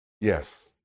Yes